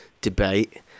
debate